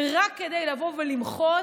רק כדי לבוא ולמחות,